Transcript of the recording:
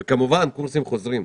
כמובן, קורסים חוזרים.